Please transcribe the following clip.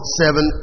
seven